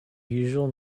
usual